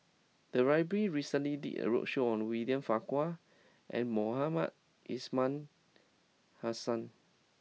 the library recently did a roadshow on William Farquhar and Mohamed Ismail Hussain